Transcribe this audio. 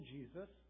Jesus